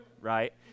right